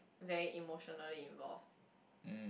very emotionally involved